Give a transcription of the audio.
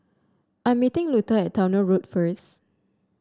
I'm meeting Luther at Towner Road first